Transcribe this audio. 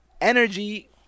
energy